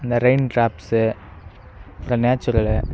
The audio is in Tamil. இந்த ரெயின் டிராப்ஸு இல்லை நேச்சுரலு